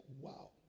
wow